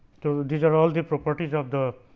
so, these are all the properties of the